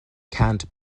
canned